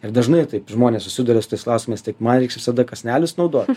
ir dažnai taip žmonės susiduria su tais klausimais taip man reiks visada kąsnelius naudot